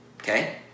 Okay